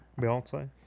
Beyonce